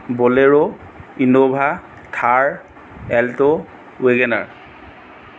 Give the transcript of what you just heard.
bolero Innova Thar alto wagon-r